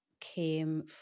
came